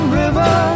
river